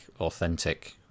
authentic